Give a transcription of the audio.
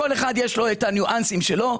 כל אחד יש לו את הניואנסים שלו,